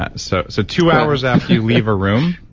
ah so so two hours after you leave a room,